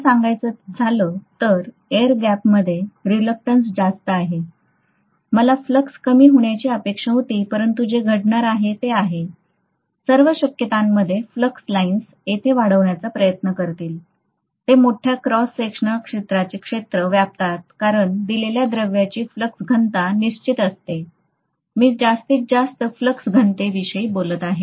खरं सांगायचं झालं तर एअर गॅपमध्ये रिलक्टंस जास्त आहे मला फ्लक्स कमी होण्याची अपेक्षा होती परंतु जे घडणार आहे ते आहे सर्व शक्यतांमध्ये फ्लक्स लाइन्स येथे वाढवण्याचा प्रयत्न करतील ते मोठ्या क्रॉस सेक्शनल क्षेत्राचे क्षेत्र व्यापतात कारण दिलेल्या द्रव्यची फ्लक्स घनता निश्चित असते मी जास्तीत जास्त फ्लॅक्स घनतेविषयी बोलत आहे